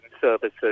services